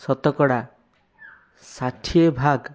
ଶତକଡ଼ା ଷାଠିଏ ଭାଗ